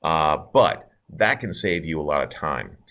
um but that can save you a lot of time.